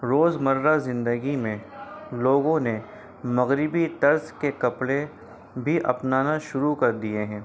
روز مرہ زندگی میں لوگوں نے مغربی طرز کے کپڑے بھی اپنانا شروع کر دیے ہیں